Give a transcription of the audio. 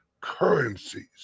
currencies